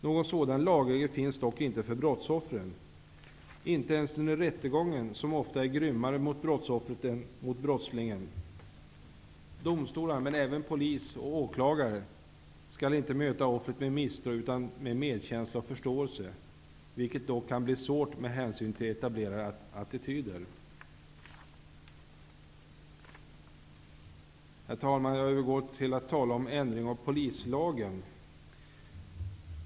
Någon sådan lagregel finns dock inte för brottsoffren, inte ens under rättegången, som ofta är grymmare mot brottsoffret än mot brottslingen. Domstolar men även polis och åklagare skall inte möta offret med misstro utan med medkänsla och förståelse, vilket dock kan bli svårt med hänsyn till etablerade attityder. Herr talman! Jag vill övergå till att tala om ändring i polislagen.